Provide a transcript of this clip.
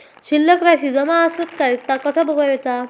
शिल्लक राशी जमा आसत काय ता कसा बगायचा?